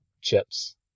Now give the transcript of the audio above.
chips